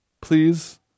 Please